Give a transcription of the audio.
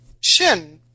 Shin